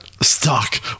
stuck